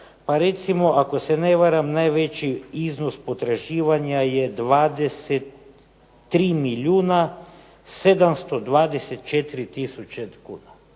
pa recimo ako se ne varam najveći iznos potraživanja je 23 milijuna 724 tisuće kuna